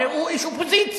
הרי הוא איש אופוזיציה,